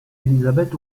elisabeth